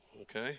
Okay